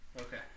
Okay